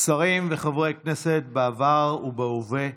שרים וחברי כנסת בעבר ובהווה,